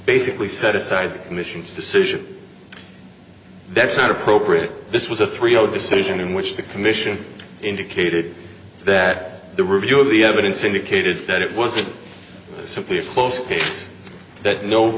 basically set aside commissions decision that's not appropriate this was a three zero decision in which the commission indicated that the review of the evidence indicated that it was simply a close case that no